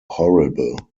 horrible